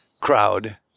crowd